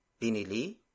binili